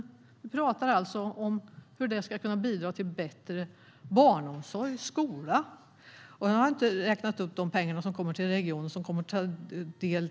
Vi pratar alltså om hur det ska kunna bidra till bättre barnomsorg och skola. Då har jag inte räknat upp de pengar som kommer till regionen som kommer vården till del.